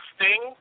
Sting